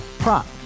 Prop